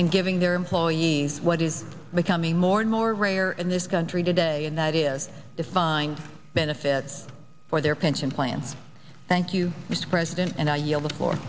and giving their employees what is becoming more and more rare in this country today and that is defined benefits for their pension plan thank you mr president and i y